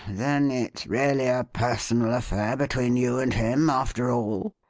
then, it's really a personal affair between you and him, after all?